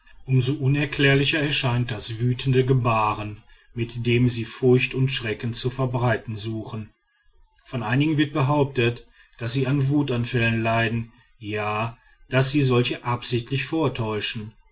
so unerklärlicher erscheint das wütende gebaren mit dem sie furcht und schrecken zu verbreiten suchen von einigen wird behauptet daß sie an wutanfällen leiden ja daß sie solche absichtlich vortäuschen